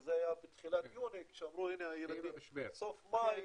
זה היה בסוף מאי,